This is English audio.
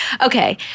Okay